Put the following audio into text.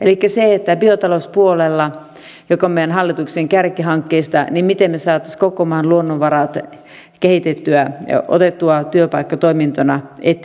elikkä miten me saisimme biotalouspuolella joka on meidän hallituksen kärkihankkeita koko maan luonnonvarat kehitettyä ja otettua työpaikkatoimintoina eteenpäin